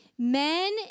Men